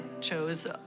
chose